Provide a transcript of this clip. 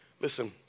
listen